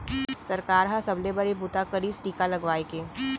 सरकार ह सबले बड़े बूता करिस टीका लगवाए के